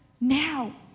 now